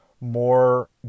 more